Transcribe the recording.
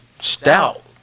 stout